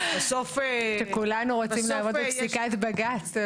כולנו רוצים לעמוד בפסיקת בג"ץ.